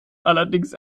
allerdings